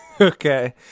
Okay